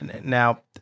Now